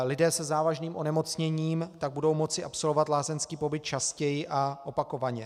Lidé se závažným onemocněním tak budou moci absolvovat lázeňský pobyt častěji a opakovaně.